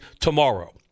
tomorrow